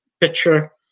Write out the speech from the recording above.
picture